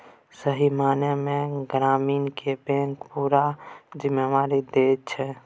सही माइना मे गहिंकी केँ बैंक पुरा जिम्मेदारी दैत छै